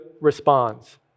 responds